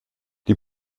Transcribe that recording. die